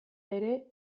ere